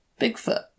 Bigfoot